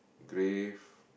grave